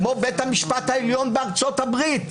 כמו בית המשפט העליון בארצות הברית,